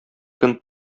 көн